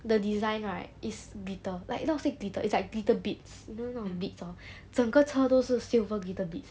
the design right is glitter like not say glitter it's like glitter bits you know those bits hor 整个车都是是 silver glitter bits